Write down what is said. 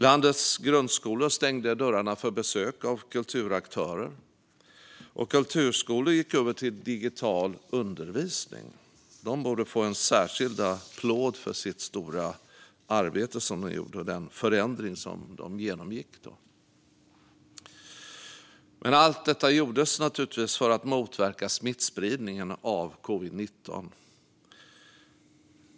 Landets grundskolor stängde dörrarna för besök av kulturaktörer. Kulturskolor gick över till digital undervisning. De borde få en särskild applåd för det stora arbete de gjorde och den förändring de då genomgick. Allt detta gjordes naturligtvis för att motverka smittspridningen av covid-19.